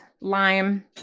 lime